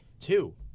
Two